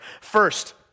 First